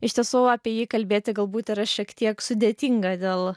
iš tiesų apie jį kalbėti galbūt yra šiek tiek sudėtinga dėl